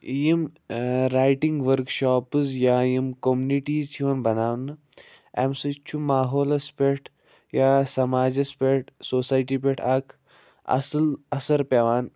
یِم writing work shops یا یِم کوٚمنیٖٹیز چھِ یِوان بناونہٕ اَمہِ سۭتۍ چھُ ماحولس پٮ۪ٹھ یا سماجس پٮ۪ٹھ سوسایٹی پٮ۪ٹھ اکھ اصٕل اثر پٮ۪وان